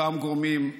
אותם גורמים,